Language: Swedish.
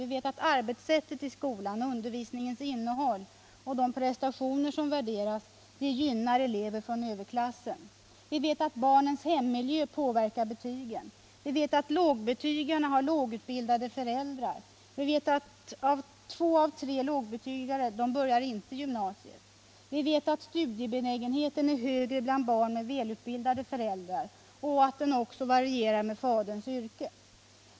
Vi vet att arbetssättet i skolan, undervisningens innehåll och de prestationer som värderas gynnar elever från överklassen. Vi vet att barnens hemmiljö påverkar betygen. Vi vet att lågbetygarna har lågutbildade föräldrar. Vi vet att två av tre lågbetygare inte börjar i gymnasiet. Vi vet att studiebenägenheten är högre bland barn med välutbildade föräldrar och att den också varierar med faderns yrke.